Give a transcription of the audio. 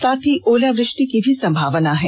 साथ ही ओला वृष्टि की भी संभावना है